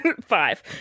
Five